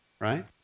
right